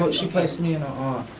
but she placed me in ah